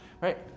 Right